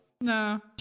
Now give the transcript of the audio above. No